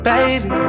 Baby